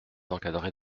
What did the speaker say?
encadrer